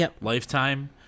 Lifetime